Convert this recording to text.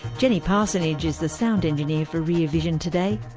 jenny parsonage is the sound engineer for rear vision today.